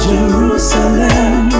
Jerusalem